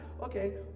okay